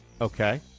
Okay